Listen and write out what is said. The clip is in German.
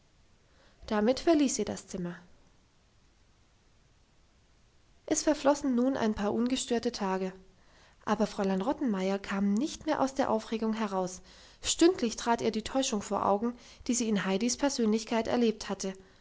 damit verließ sie das zimmer es verflossen nun ein paar ungestörte tage aber fräulein rottenmeier kam nicht mehr aus der aufregung heraus stündlich trat ihr die täuschung vor augen die sie in heidis persönlichkeit erlebt hatte